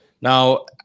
Now